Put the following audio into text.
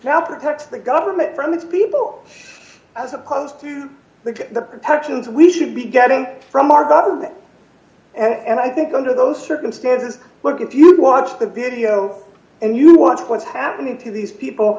help protects the government from its people as opposed to look at the protections we should be getting from our government and i think under those circumstances look if you've watched the video and you watch what's happening to these people